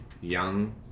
young